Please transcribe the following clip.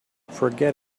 forget